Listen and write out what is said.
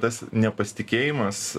tas nepasitikėjimas